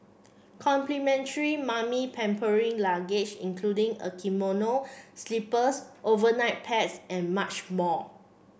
complimentary mummy pampering luggage including a kimono slippers overnight pads and much more